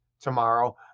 tomorrow